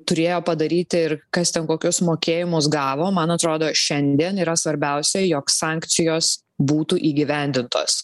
turėjo padaryti ir kas ten kokius mokėjimus gavo man atrodo šiandien yra svarbiausia jog sankcijos būtų įgyvendintos